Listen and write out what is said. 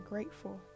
grateful